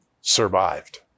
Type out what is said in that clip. survived